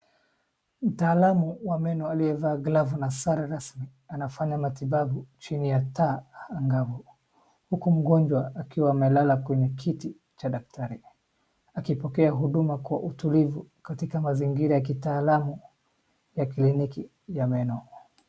Mtaalamu wa meno aliyevaa glavu na sare rasmi anafanya matibabu chini ya taa angavu huku mgonjwa akiwa amelala kwenye kiti cha daktari akipokea huduma kwa utulivu katika mazingira ya kitaalamu ya kliniki ya meno.